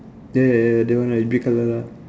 there that one right red colour lah